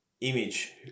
image